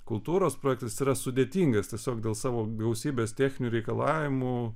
kultūros projektas yra sudėtingas tiesiog dėl savo gausybės techninių reikalavimų